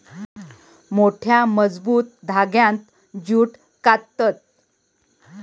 मोठ्या, मजबूत धांग्यांत जूट काततत